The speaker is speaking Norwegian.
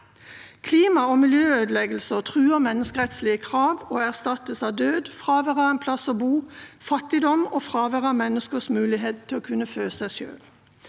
Klima- og miljøødeleggelser truer menneskerettslige krav og erstattes av død, fravær av en plass å bo, fattigdom og fravær av menneskers mulighet til å kunne fø seg selv.